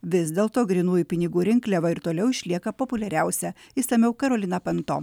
vis dėlto grynųjų pinigų rinkliava ir toliau išlieka populiariausia išsamiau karolina panto